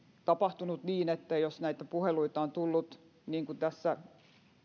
tapahtunut niin että jos näitä puheluita on tullut niin kuin tässä